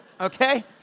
Okay